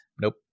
Nope